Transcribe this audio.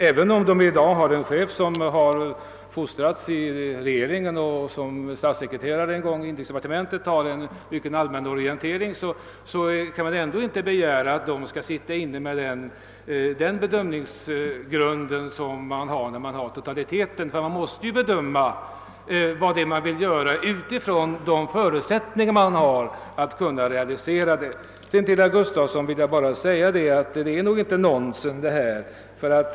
Även om rikspolisstyrelsen i dag har en chef som fostrats i kanslihuset och som statssekreterare i inrikesdepartementet en gång fått en mycket god allmänorientering, kan man ändå inte begära, att rikspolisstyrelsen skall ha samma bedömningsförmåga som de som har totalitetsöverblicken. Man måste ju bedöma vad som skall göras utifrån förutsättningarna för realiserandet. Till herr Gustafsson i Skellefteå vill jag säga att det inte bara är nonsens.